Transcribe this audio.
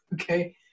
Okay